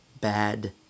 bad